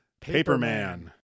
Paperman